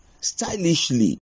stylishly